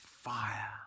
fire